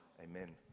Amen